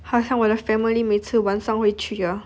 好像我的 family 每次晚上会去 ah